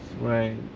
Right